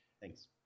Thanks